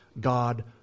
God